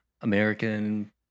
American